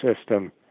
system